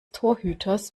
torhüters